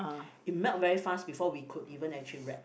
it melt very fast before we could even actually wrap